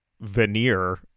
veneer